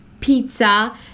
pizza